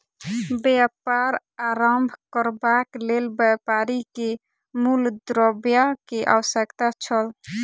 व्यापार आरम्भ करबाक लेल व्यापारी के मूल द्रव्य के आवश्यकता छल